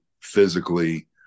physically